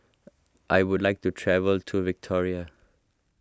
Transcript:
I would like to travel to Victoria